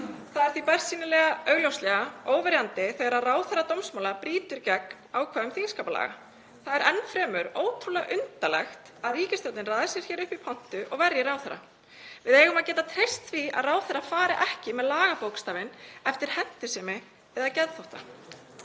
Það er því bersýnilega og augljóslega óverjandi þegar ráðherra dómsmála brýtur gegn ákvæðum þingskapalaga. Það er enn fremur ótrúlega undarlegt að ríkisstjórnin raði sér hér upp í pontu og verji ráðherrann. Við eigum að geta treyst því að ráðherra fari ekki með lagabókstafinn eftir hentisemi eða geðþótta.